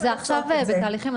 זה עכשיו בתהליכים.